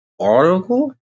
article